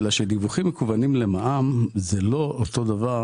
אלא שדיווחים מקוונים למע"מ זה לא אותו דבר,